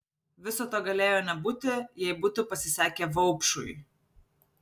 viso to galėjo nebūti jei būtų pasisekę vaupšui